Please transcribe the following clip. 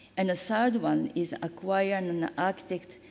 and the third one is acquire an architect,